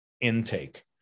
intake